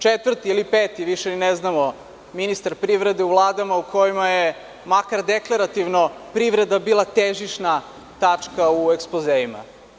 Četvrti ili peti, više ne znamo ministar privrede u vladama u kojima je makar deklarativno privreda bila težišna tačka u ekspozeima.